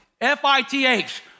F-I-T-H